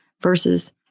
versus